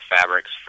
fabrics